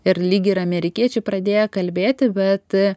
ir lyg ir amerikiečiai pradėję kalbėti bet